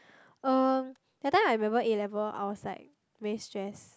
um that time I remember A-level I was like very stress